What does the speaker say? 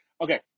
Okay